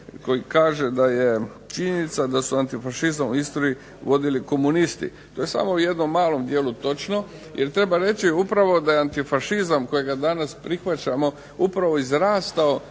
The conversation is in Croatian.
koji kaže da je činjenica da su antifašizam u Istri vodili komunisti. To je samo u jednom malom dijelu točno, jer treba reći upravo da je antifašizam kojega danas prihvaćamo upravo izrastao